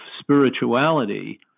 spirituality